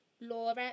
laura